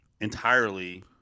entirely